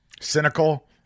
Cynical